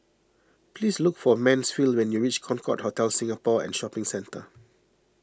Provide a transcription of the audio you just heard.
please look for Mansfield when you reach Concorde Hotel Singapore and Shopping Centre